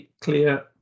clear